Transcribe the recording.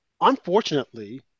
unfortunately